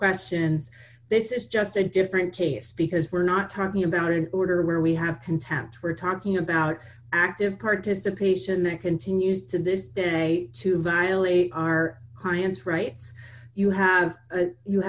questions this is just a different case because we're not talking about an order where we have contempt for talking about active participation that continues to this day to violate our client's rights you have you